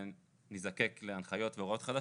למשל, הכספים שיצאו על תחזוקת פארקים